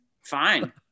Fine